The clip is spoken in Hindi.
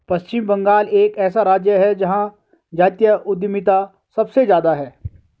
पश्चिम बंगाल एक ऐसा राज्य है जहां जातीय उद्यमिता सबसे ज्यादा हैं